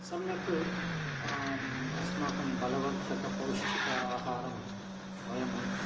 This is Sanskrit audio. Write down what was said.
सम्यक् अस्माकं बलवर्धकपौष्टिकम् आहारं वयं